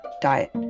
diet